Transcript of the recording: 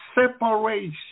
separation